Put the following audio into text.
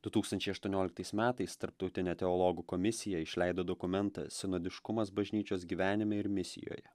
du tūkstančiai aštuonioliktais metais tarptautinė teologų komisija išleido dokumentą sinodiškumas bažnyčios gyvenime ir misijoje